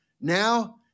now